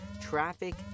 Traffic